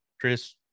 Chris